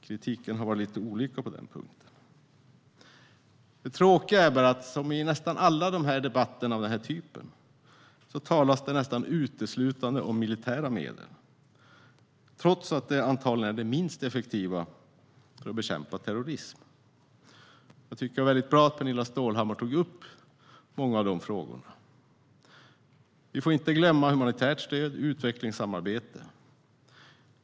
Kritiken har varit lite olika på den punkten. Det tråkiga är bara att det, liksom i så gott som alla debatter av den här typen, talas nästan uteslutande om militära medel, trots att det antagligen är det minst effektiva för att bekämpa terrorism. Jag tycker att det var bra att Pernilla Stålhammar tog upp många av frågorna. Vi får inte glömma humanitärt stöd och utvecklingssamarbete.